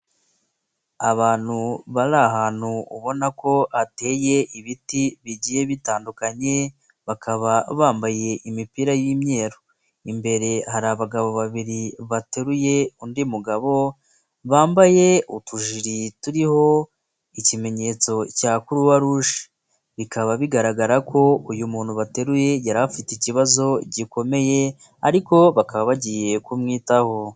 Abantu bari ahantu ubona ko hateye ibiti bigiye bitandukanye bakaba bambaye imipira y'imyeru imbere hari abagabo babiri bateruye undi mugabo bambaye utujiri turiho ikimenyetso cya kuruwa ruje bikaba bigaragara ko uyu muntu bateruye yari afite ikibazo gikomeye ariko bakaba bagiye kumwitaho.